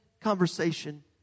conversation